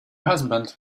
husband